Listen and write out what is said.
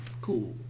cool